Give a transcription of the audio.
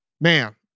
Man